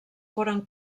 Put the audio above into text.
foren